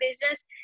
business